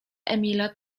emila